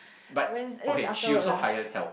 Wednes~ that's after work ah